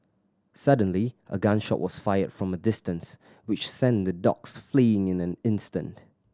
suddenly a gun shot was fired from a distance which sent the dogs fleeing in an instant